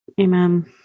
Amen